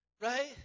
right